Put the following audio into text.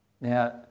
Now